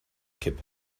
kipp